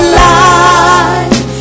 life